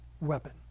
weapon